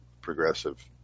progressive